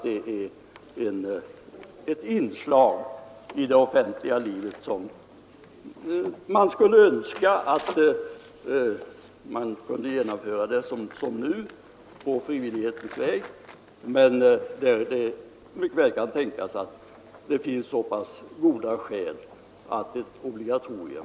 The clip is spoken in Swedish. Det är ett inslag i det offentliga livet som man skulle önska kunde genomföras på frivillighetens väg, som det är nu, men det kan mycket väl också tänkas att det finns goda skäl för ett obligatorium.